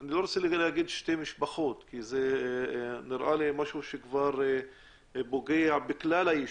אני לא רוצה לומר רק שתי משפחות כי נראה לי שזה משהו שפוגע בכלל הישוב,